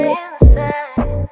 inside